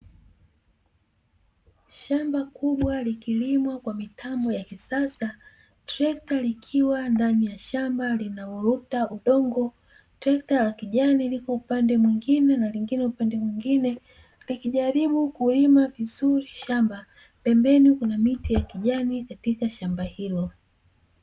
Shamba kubwa likilimwa kwa mitambo ya kisasa trekta likiwa ndani ya shamba linalovuta udongo. Trekta la kijani lipo upande mwingine na lingine upande mwingine likijaribu kulima vizuri shamba, pembeni kuna miti ya kijani katika shamba hilo.